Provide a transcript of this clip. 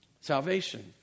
salvation